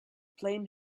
blame